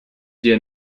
der